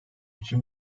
için